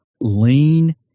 lean